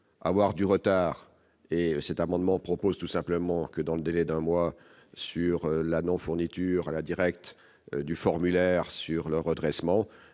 avoir du retard et cet amendement propose tout simplement que, dans le délai d'un mois sur la non fourniture la Direct du formulaire sur le redressement